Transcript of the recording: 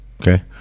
okay